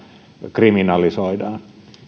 kriminalisoidaan